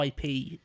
IP